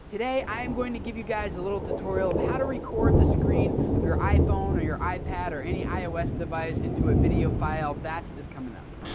today, i'm going to give you guys a little tutorial of how to record the screen of your iphone or your ipad or any ios device into a video file. that is coming up.